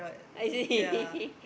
I